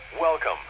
Welcome